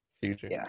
future